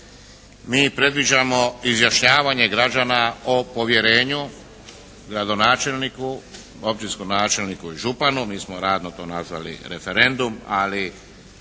Mi predviđamo izjašnjavanje građana o povjerenju gradonačelniku, općinskom načelniku i županu. Mi smo radno to nazvali referendum. Ali